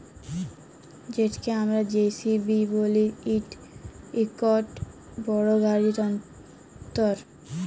যেটকে আমরা জে.সি.বি ব্যলি ইট ইকট বড় গাড়ি যল্তর